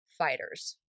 Fighters